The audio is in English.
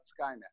Skynet